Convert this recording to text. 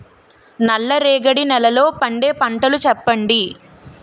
నల్ల రేగడి నెలలో పండే పంటలు చెప్పండి?